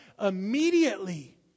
immediately